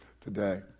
today